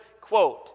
quote